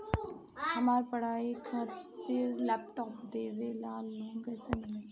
हमार पढ़ाई खातिर लैपटाप लेवे ला लोन कैसे मिली?